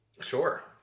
Sure